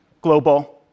global